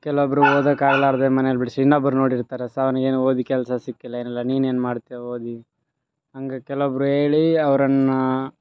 ಕೆಲೊಬ್ರು ಓದಾಕಾಗ್ಲಾರ್ದೆ ಮನೇಲಿ ಬಿಡ್ಸಿ ಇನ್ನೊಬ್ರು ನೋಡಿರ್ತಾರ ಸಾಮಿ ಏನು ಓದಿ ಕೆಲಸ ಸಿಕ್ಕಿಲ್ಲ ಏನಿಲ್ಲ ನೀನೇನು ಮಾಡ್ತೀಯ ಓದಿ ಹಂಗೆ ಕೆಲೊಬ್ರು ಹೇಳಿ ಅವರನ್ನ